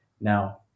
Now